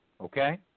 Okay